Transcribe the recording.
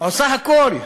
עושה הכול,